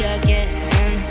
again